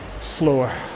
slower